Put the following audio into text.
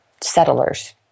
settlers